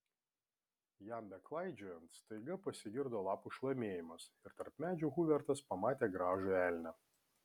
jam beklaidžiojant staiga pasigirdo lapų šlamėjimas ir tarp medžių hubertas pamatė gražų elnią